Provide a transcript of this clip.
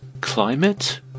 climate